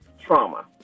trauma